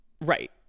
Right